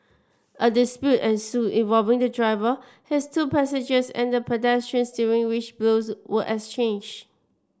a dispute ensued involving the driver his two passengers and pedestrians during which blows were exchanged